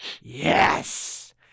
yes